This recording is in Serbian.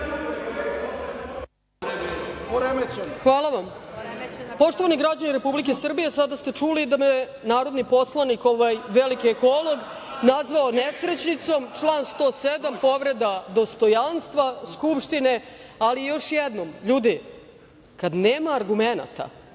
Brnabić** Poštovani građani Republike Srbije, sada ste čuli da me je narodni poslanik, ovaj veliki ekolog, nazvao nesrećnicom. Član 107. povreda dostojanstva Skupštine. Još jednom, kad nema argumenata,